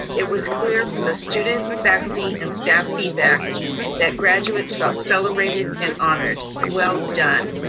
it was clear from the student, faculty and staff feedback that graduates felt celebrated and honored. well done.